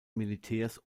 militärs